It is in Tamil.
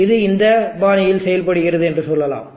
இப்போது இது இந்த பாணியில் செயல்படுகிறது என்று சொல்லலாம்